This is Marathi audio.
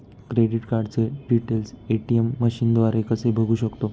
क्रेडिट कार्डचे डिटेल्स ए.टी.एम मशीनद्वारे कसे बघू शकतो?